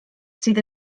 sydd